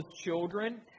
children